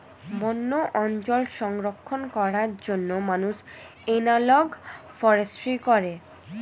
বন্য অঞ্চল সংরক্ষণ করার জন্য মানুষ এনালগ ফরেস্ট্রি করে